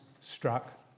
struck